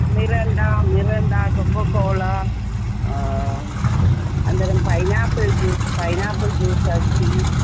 Mirinda Mirinda Coca Cola अनन्तरं pineapple juice pineapple juice अस्ति